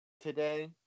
today